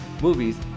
movies